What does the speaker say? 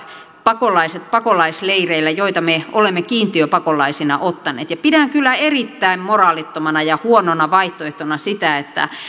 pakolaiset pakolaisleireillä joita me olemme kiintiöpakolaisina ottaneet pidän kyllä erittäin moraalittomana ja huonona vaihtoehtona sitä